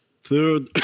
third